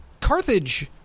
Carthage